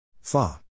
Fa